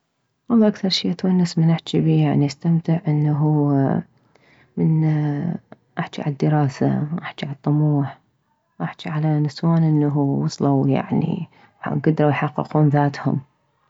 والله اكثر شي اتونس من احجي بيه يعني استمتع انه من احجي عالدراسة احجي عالطموح احجي على نسوان انه وصلوا يعني كدروا يحققون ذاتهم